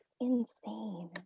Insane